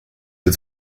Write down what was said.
its